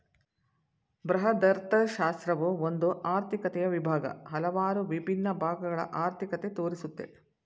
ಬೃಹದರ್ಥಶಾಸ್ತ್ರವು ಒಂದು ಆರ್ಥಿಕತೆಯ ವಿಭಾಗ, ಹಲವಾರು ವಿಭಿನ್ನ ಭಾಗಗಳ ಅರ್ಥಿಕತೆ ತೋರಿಸುತ್ತೆ